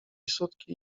sutki